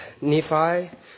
Nephi